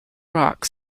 rock